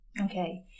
Okay